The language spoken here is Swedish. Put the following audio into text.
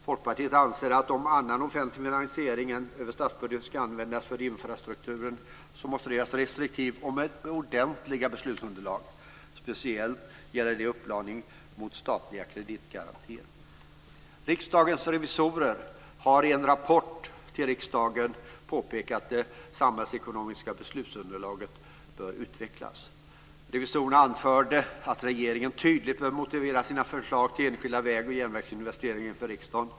Folkpartiet anser att om annan offentlig finansiering än den över statsbudgeten ska användas för infrastrukturen, måste det ske restriktivt och med ordentliga beslutsunderlag. Speciellt gäller det upplåning med statliga kreditgarantier. Riksdagens revisorer har i en rapport till riksdagen påpekat att det samhällsekonomiska beslutsunderlaget bör utvecklas. Revisorerna anförde att regeringen tydligt bör motivera sina förslag till enskilda väg och järnvägsinvesteringar för riksdagen.